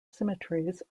symmetries